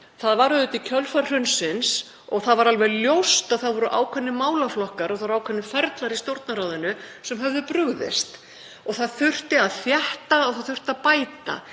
Það var auðvitað í kjölfar hrunsins og það var alveg ljóst að það voru ákveðnir málaflokkar og ákveðnir ferlar í Stjórnarráðinu sem höfðu brugðist og þurfti að þétta, það þurfti að bæta.